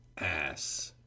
ASS